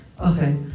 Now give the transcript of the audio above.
okay